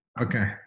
Okay